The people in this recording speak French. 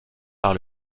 par